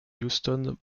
houston